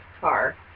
car